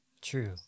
true